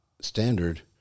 standard